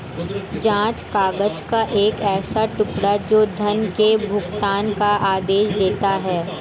जाँच काग़ज़ का एक ऐसा टुकड़ा, जो धन के भुगतान का आदेश देता है